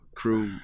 crew